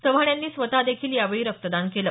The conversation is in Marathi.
चव्हाण यांनी स्वत देखील यावेळी रक्तदान केलं